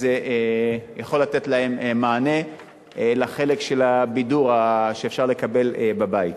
וזה יכול לתת להם מענה לחלק של הבידור שאפשר לקבל בבית.